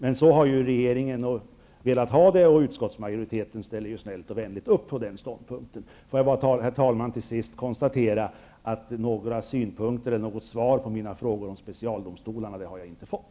Men så här har regeringen velat ha det, och utskottsmajoriteten ställer snällt och vänligt upp på den ståndpunkten. Får jag bara till sist konstatera att några synpunkter eller något svar på mina frågor om specialdomstolarna har jag inte fått.